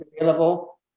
available